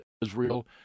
Israel